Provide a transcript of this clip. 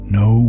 no